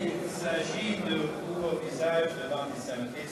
אין ספק שמדינת ישראל נמצאת בתוך לבך,